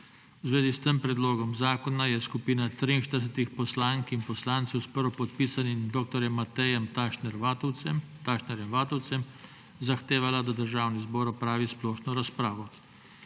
V zvezi s tem predlogom zakona je skupina 43 poslank in poslancev s prvopodpisanim dr. Matejem Tašnerjem Vatovcem zahtevala, da Državni zbor opravi splošno razpravo.